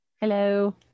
hello